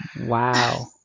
Wow